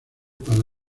para